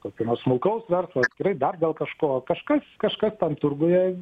kokio nors smulkaus verslo atskirai dar dėl kažko kažkas kažką tam turguje